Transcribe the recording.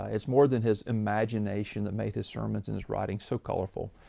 it's more than his imagination that made his sermons and his writing so colorful.